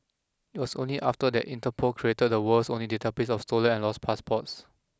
it was only after that Interpol created the world's only database of stolen and lost passports